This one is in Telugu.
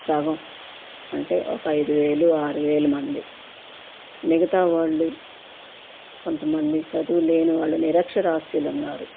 సగం అంటే ఒక ఐదు వేలు ఆరు వేల మంది మిగతా వాళ్ళు కొంతమంది చదువులేని వాళ్ళు నిరక్షరాస్యులు ఉన్నారు